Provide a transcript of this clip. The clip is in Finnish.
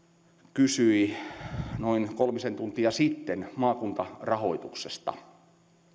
kysyi noin kolmisen tuntia sitten maakuntarahoituksesta